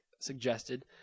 suggested